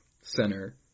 center